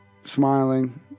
smiling